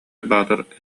баатыр